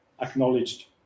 acknowledged